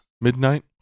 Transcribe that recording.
midnight